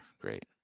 Great